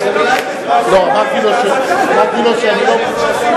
זה לא, כשאת היית אחראית לו עם המחנה שלך.